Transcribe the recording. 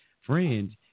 friends